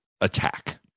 attack